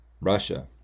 Russia